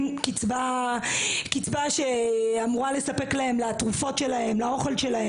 קצבה שאמורה לספק להם תרופות ואוכל,